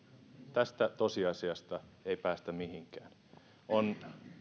tästä tosiasiasta ei päästä mihinkään on